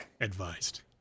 advised